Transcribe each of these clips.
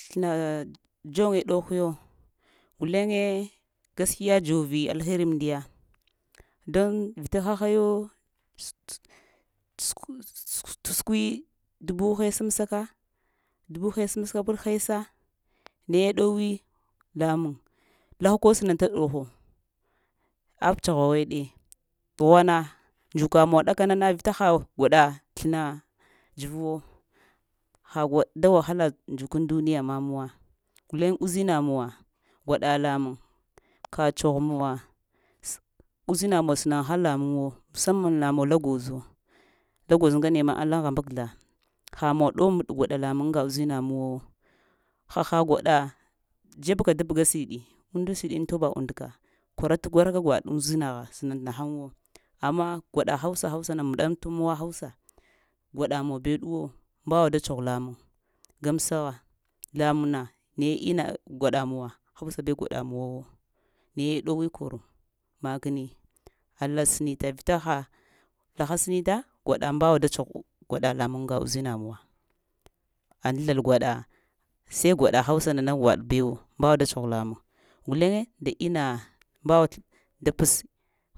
Slana dzoŋe ɗohiyo, gulene gaskiya dzovi alheiri am ndiya ɗon vita ha hayo tas- tas- təskwi dubu heisamska dubu heisamsaka pɗ heisa, naye ɗowee lamaŋ laha-kol snanta ɗoho abstaghaweɗɗe ɗghwna ŋdzukamuwa ɗakanana vita ha gwada sləna dzvwo ha gwaɗwahala ndzukan duniya mamwa guleŋ uzinamuwa gwaɗa lamaŋ kastgh muwa st uzinamuwa snan haŋ lamaŋwo musaman namuwa la gwozo la gwaz ngane ma na muwa la hambakzla hamuwa ɗow maɗ gwaɗa lamaŋ aŋga uzinamuwa wo haha gwada jebka datab gasiɗi undasiɗi aŋtoba undka kwaratkwaraka gwaɗ nda uzinagha snanta haŋwo amma gwaɗa hausa hausana mɗanta muwa hausa gwaɗamuwa bəɗuwo mbawa da stgho lamaŋ gamsuwa lamaŋna naye ina gwadamaŋ hausa bəw-gwadamuwa naye ɗowee kor makni alasnita vita ha laha-snita gwada mbawa da stgho gwada lamaŋ anga uzinamuwa aŋ-zl gwaɗaa sai gwaɗa hausanana-gwaɗ bəwo guleŋen nda mbawa da pəs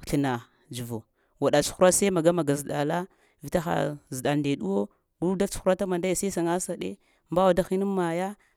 slana dzvo gwaɗa stukura sai magamaga zdla vita-ha zɗla ndə ɗwo guda stukura mandaya sai sanga sa ɗee mbawa da hinan anmaya